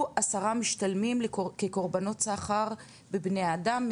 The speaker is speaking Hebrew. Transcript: עשרה משתלמים כקורבנות סחר בבני אדם,